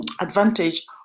advantage